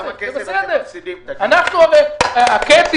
תגיד